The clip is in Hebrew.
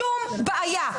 שום בעיה,